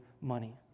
money